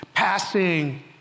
Passing